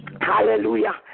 Hallelujah